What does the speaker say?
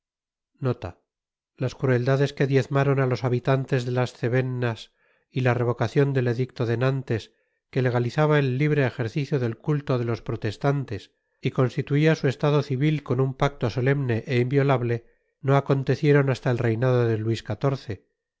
las cruetdades que diezmaron á tos habitantes de tas cevennas y ta revocacion det edicto de nanies que tegatizaba et tibre ejercicio det cutto de tos protestantes y constituía su estado civit con un pacto sotemne é inviotabte nn acontecieron hasta et reinado de luis